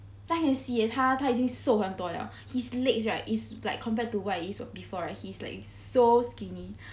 他已经他瘦很多 liao his legs right is like compared to what it is before right he is like so skinny